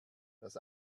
das